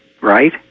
right